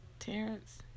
Terrence